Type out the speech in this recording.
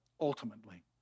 ultimately